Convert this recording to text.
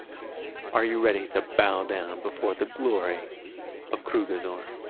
are you ready to bow down before the glory of krugozor?